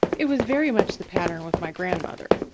it was very much the pattern with my grandmother,